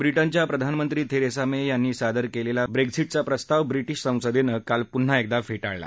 ब्रिजेच्या प्रधानमंत्री Theresa May यांनी सादर केलेला ब्रेक्झिज्ञा प्रस्ताव ब्रिजेश संसदेनं काल पुन्हा एकदा फेजिळला